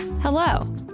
Hello